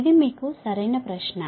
ఇది మీకు సరైన ప్రశ్న